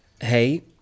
hey